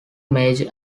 major